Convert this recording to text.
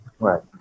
Right